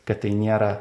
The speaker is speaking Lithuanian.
kad tai niera